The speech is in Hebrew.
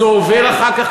זה עובר אחר כך,